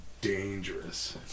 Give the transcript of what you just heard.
dangerous